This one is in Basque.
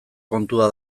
kontua